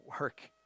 work